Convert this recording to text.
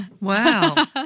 Wow